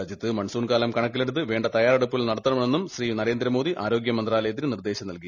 രാജ്യത്ത് മൺസൂൺ കാലം കണക്കിലെടുത്ത് വേണ്ട തയ്യാറെടുപ്പുകൾ നടത്തണമെന്നും പ്രധാനമന്ത്രി ആരോഗ്യമന്ത്രാലയത്തിന് നിർദേശം നൽകി